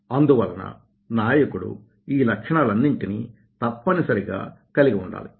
అందువలన నాయకుడు ఈ లక్షణాలన్నింటినీ తప్పనిసరిగా కలిగి ఉండాలి